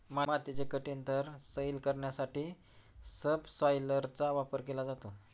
मातीचे कठीण थर सैल करण्यासाठी सबसॉयलरचा वापर केला जातो